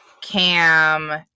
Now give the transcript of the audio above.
cam